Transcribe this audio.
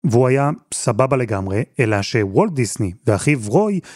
והוא היה סבבה לגמרי, אלא שוולט דיסני ואחיו רוי...